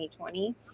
2020